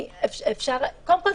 קודם כל,